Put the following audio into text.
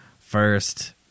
first